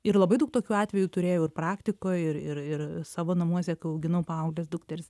ir labai daug tokių atvejų turėjau ir praktikoj ir ir ir savo namuose kai auginau paaugles dukteris